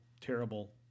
terrible